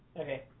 okay